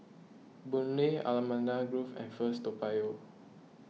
Boon Lay Allamanda Grove and First Toa Payoh